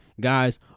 guys